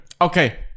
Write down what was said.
Okay